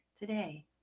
Today